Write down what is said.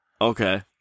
Okay